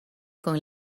con